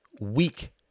weak